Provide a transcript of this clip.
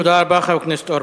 תודה רבה, חבר הכנסת אורבך.